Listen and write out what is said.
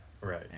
right